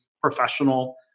professional